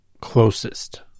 closest